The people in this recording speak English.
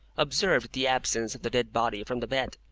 observed the absence of the dead body from the bed.